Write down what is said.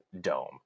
Dome